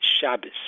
Shabbos